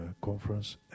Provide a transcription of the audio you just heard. conference